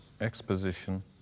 exposition